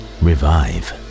revive